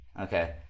Okay